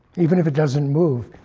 even if it doesn't move.